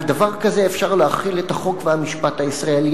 על דבר כזה אפשר להחיל את החוק והמשפט הישראלי.